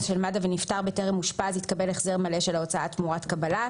של מד"א ונפטר בטרם אושפז יתקבל החזר מלא של ההוצאה תמורת קבלה,